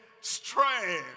strength